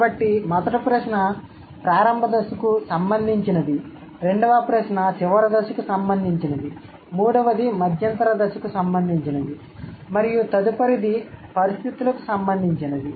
కాబట్టి మొదటి ప్రశ్న ప్రారంభ దశకు సంబంధించినది రెండవ ప్రశ్న చివరి దశకు సంబంధించినది మూడవది మధ్యంతర దశకు సంబంధించినది మరియు తదుపరిది పరిస్థితులకు సంబంధించినది